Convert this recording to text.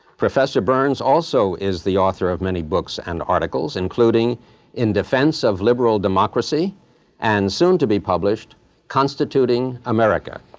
professor berns also is the author of many books and articles, including in defense of liberal democracy and soon to be published constituting america.